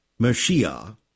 Mashiach